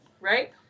right